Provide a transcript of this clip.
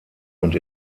und